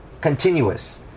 continuous